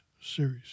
series